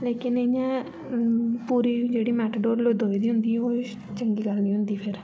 लेकिन इ'यां ऐ पूरी जेह्ड़ी मेटाडोर लदोई दी होंदी ओह्दे च चंगी गल्ल नी होंदी फिर